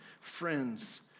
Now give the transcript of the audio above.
friends